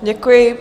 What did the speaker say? Děkuji.